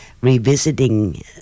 revisiting